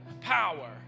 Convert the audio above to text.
power